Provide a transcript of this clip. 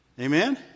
Amen